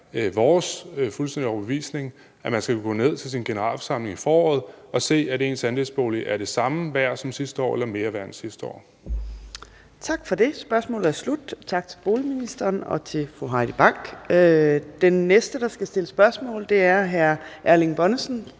det fuldstændig vores overbevisning, at man skal kunne gå ned til sin generalforsamling i foråret og se, at ens andelsbolig er det samme værd som sidste år eller mere værd end sidste år. Kl. 14:48 Fjerde næstformand (Trine Torp): Tak for det. Spørgsmålet er slut. Tak til boligministeren og til fru Heidi Bank. Den næste, der skal stille spørgsmål, er hr. Erling Bonnesen,